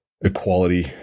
equality